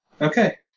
Okay